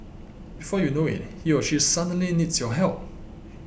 before you know it he or she suddenly needs your help